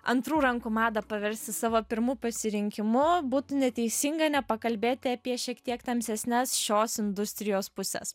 antrų rankų madą paversti savo pirmu pasirinkimu būtų neteisinga nepakalbėti apie šiek tiek tamsesnes šios industrijos puses